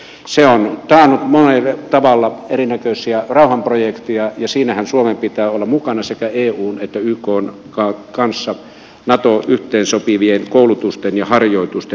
se on taannut monella tavalla erinäköisiä rauhanprojekteja ja siinähän suomen pitää olla mukana sekä eun että ykn kanssa nato yhteensopivien koulutusten ja harjoitusten myötä